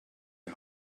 die